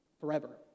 forever